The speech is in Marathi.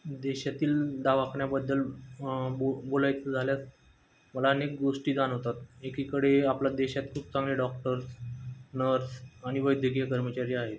देशातील दवाखान्याबद्दल बो बोलायचं झाल्यास मला अनेक गोष्टी जाणवतात एकीकडे आपल्या देशात खूप चांगले डॉक्टर्स नर्स आणि वैद्यकीय कर्मचारी आहेत